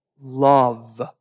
Love